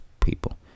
people